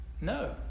No